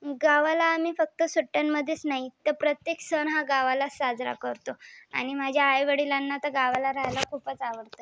गावाला आम्ही फक्त सुट्ट्यांमध्येच नाही तर प्रत्येक सण हा गावाला साजरा करतो आणि माझ्या आईवडिलांना तर गावाला राहायला खूपच आवडतं